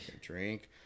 drink